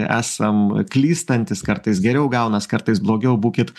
esam klystantys kartais geriau gaunas kartais blogiau būkit